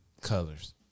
colors